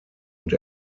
und